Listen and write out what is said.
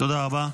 תודה רבה.